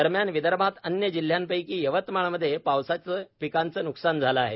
दरम्यान विदर्भात अन्य जिल्ह्यांपैकी यवतमाळ मध्ये पावसाने पिकांचे नुकसान झाले आहे